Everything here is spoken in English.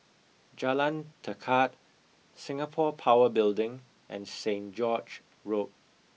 Jalan Tekad Singapore Power Building and Saint George Road